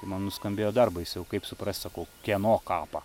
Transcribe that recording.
man nuskambėjo dar baisiau kaip suprast sakau kieno kapą